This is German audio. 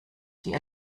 die